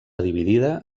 dividida